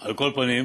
אדוני,